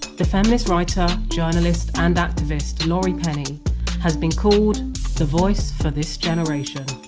the feminist writer, journalist and activist laurie penny has been called the voice for this generation.